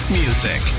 music